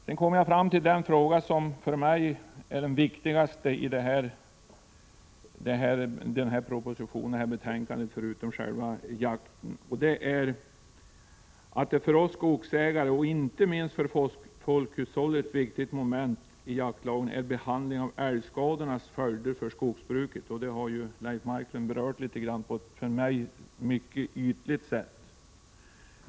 Sedan kommer jag till det som för mig är det viktigaste i propositionen och i betänkandet, förutom själva jakten, nämligen att ett för oss skogsägare och inte minst för folkhushållet väsentligt moment i jaktlagen avser behandlingen av älgskadornas följder för skogsbruket. Detta har Leif Marklund berört på ett enligt min mening ytligt sätt.